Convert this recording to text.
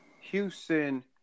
Houston